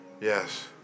Yes